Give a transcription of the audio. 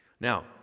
Now